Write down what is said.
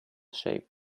shape